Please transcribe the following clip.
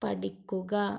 പഠിക്കുക